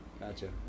Gotcha